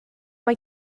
mae